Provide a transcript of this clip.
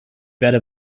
werde